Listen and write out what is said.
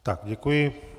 Tak, děkuji.